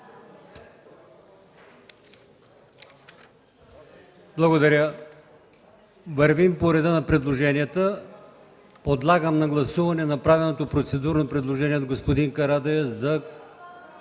Благодаря. Вървим по реда на предложенията. Подлагам на гласуване направеното процедурно предложение от господин Карадайъ за